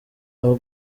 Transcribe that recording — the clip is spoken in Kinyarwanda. aho